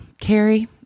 Carrie